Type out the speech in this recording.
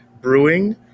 brewing